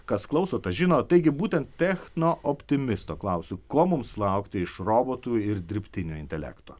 kas klauso tas žino taigi būtent techno optimisto klausiu ko mums laukti iš robotų ir dirbtinio intelekto